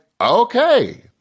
Okay